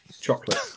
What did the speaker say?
Chocolate